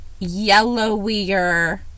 yellowier